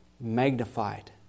magnified